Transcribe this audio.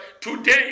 today